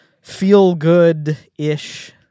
feel-good-ish